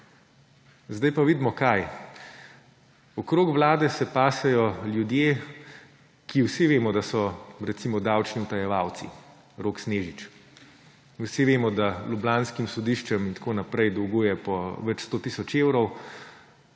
Kaj pa vidimo zdaj? Okrog vlade se pasejo ljudje, ki vsi vemo, da so, recimo, davčni utajevalci. Rok Snežič. In vsi vemo, da ljubljanskim sodiščem in tako naprej dolguje po več 100 tisoč evrov.